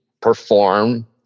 perform